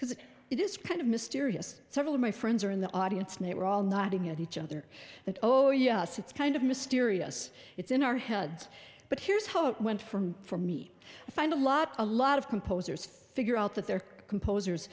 because it is kind of mysterious several of my friends are in the audience knew were all nodding at each other that oh yes it's kind of mysterious it's in our heads but here's how it went from for me to find a lot a lot of composers figure out that their composers